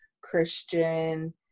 Christian